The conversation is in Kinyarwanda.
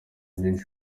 vyinshi